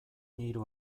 hiru